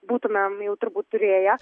būtumem jau turbūt turėję